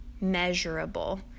measurable